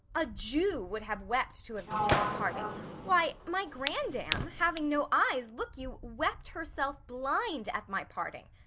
a jew would have wept to have seen our parting why, my grandam having no eyes, look you, wept herself blind at my parting.